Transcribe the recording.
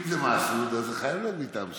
אם זה מסעוד, זה חייב להיות מטעם ש"ס.